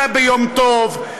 עזה ביום טוב,